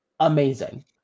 Amazing